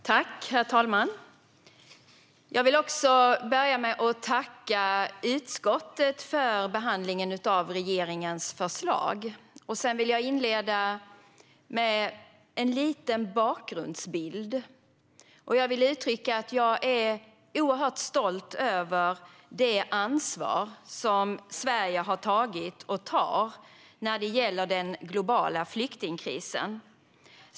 Herr talman! Jag vill börja med att tacka utskottet för behandlingen av regeringens förslag. Jag vill inleda med en liten bakgrundsbild. Jag vill uttrycka att jag är oerhört stolt över det ansvar som Sverige har tagit och tar när det gäller den globala flyktingkrisen.